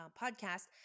podcast